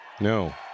No